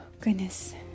goodness